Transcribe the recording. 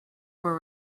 were